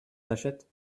n’achète